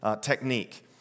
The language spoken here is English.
technique